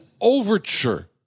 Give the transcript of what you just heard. overture